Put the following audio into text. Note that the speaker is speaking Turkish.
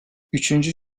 üçüncü